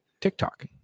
TikTok